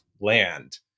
land